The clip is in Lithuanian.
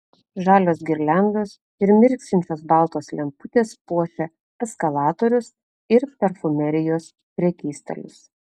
žalios girliandos ir mirksinčios baltos lemputės puošia eskalatorius ir parfumerijos prekystalius